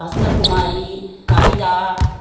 Vasanthakumari Kavitha